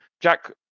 Jack